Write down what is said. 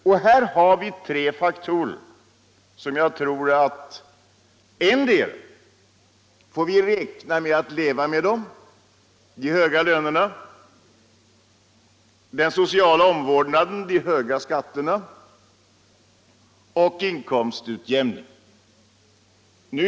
Vi har här tre problemområden som vi måste fortsätta att arbeta med, nämligen de höga lönerna, den sociala omvårdnaden och de höga skatterna samt inkomstutjämningen.